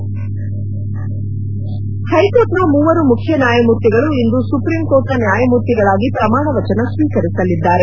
head ಹೈಕೋರ್ಟ್ನ ಮೂವರು ಮುಖ್ಯ ನ್ಯಾಯಮೂರ್ತಿಗಳು ಇಂದು ಸುಪ್ರೀಂ ಕೋರ್ಟ್ನ ನ್ಯಾಯಮೂರ್ತಿಗಳಾಗಿ ಪ್ರಮಾಣ ವಚನ ಸ್ವೀಕರಿಸಲಿದ್ದಾರೆ